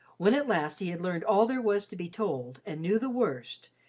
when at last he had learned all there was to be told, and knew the worst,